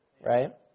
Right